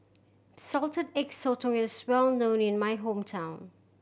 Salted Egg Sotong is well known in my hometown